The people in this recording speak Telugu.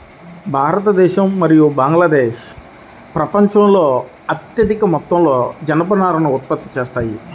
భారతదేశం మరియు బంగ్లాదేశ్ ప్రపంచంలో అత్యధిక మొత్తంలో జనపనారను ఉత్పత్తి చేస్తాయి